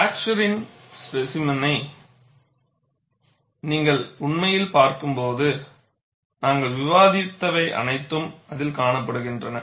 ஃப்ரக்ச்சரான் ஸ்பேசிமென்னை நீங்கள் உண்மையில் பார்க்கும்போது நாங்கள் விவாதித்தவை அனைத்தும் அதில் காணப்படுகின்றன